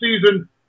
season